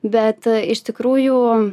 bet iš tikrųjų